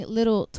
Little